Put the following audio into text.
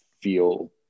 feel